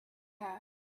air